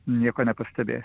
nieko nepastebi